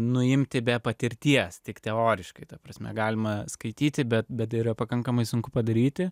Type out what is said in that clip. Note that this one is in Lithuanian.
nuimti be patirties tik teoriškai ta prasme galima skaityti bet yra pakankamai sunku padaryti